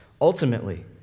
ultimately